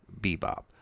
Bebop